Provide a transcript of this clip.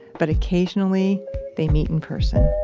but occasionally they meet in person